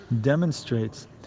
demonstrates